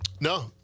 No